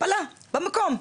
הפלה במקום.